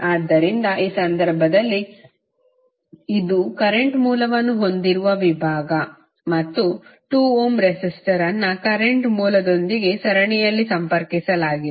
ಆದ್ದರಿಂದ ಈ ಸಂದರ್ಭದಲ್ಲಿ ನೋಡಿದರೆ ಇದು ಕರೆಂಟ್ ಮೂಲವನ್ನು ಹೊಂದಿರುವ ವಿಭಾಗ ಮತ್ತು 2 ಓಮ್ ರೆಸಿಸ್ಟರ್ ಅನ್ನು ಕರೆಂಟ್ ಮೂಲದೊಂದಿಗೆ ಸರಣಿಯಲ್ಲಿ ಸಂಪರ್ಕಿಸಲಾಗಿದೆ